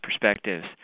perspectives